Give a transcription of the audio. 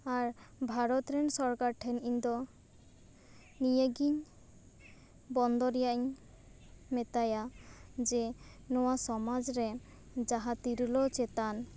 ᱟᱨ ᱵᱷᱟᱨᱚᱛ ᱨᱮᱱ ᱥᱚᱨᱠᱟᱨ ᱴᱷᱮᱱ ᱤᱧ ᱫᱚ ᱱᱤᱭᱟᱹᱜᱮᱧ ᱵᱚᱱᱫᱚ ᱨᱮᱭᱟᱜ ᱤᱧ ᱢᱮᱛᱟᱭᱟ ᱡᱮ ᱱᱚᱣᱟ ᱥᱚᱢᱟᱡᱽ ᱨᱮ ᱡᱟᱦᱟᱸ ᱛᱤᱨᱞᱟᱹ ᱪᱮᱛᱟᱱ